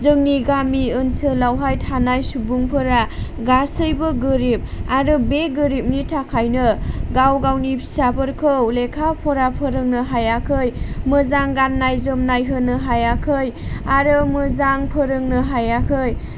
जोंनि गामि ओनसोलावहाय थानाय सुबुंफोरा गासैबो गोरिब आरो बे गोरिबनि थाखायनो गाव गावनि फिसाफोरखौ लेखा फरा फोरोंनो हायाखै मोजां गाननाय जोमनाय होनो हायाखै आरो मोजां फोरोंनो हायाखै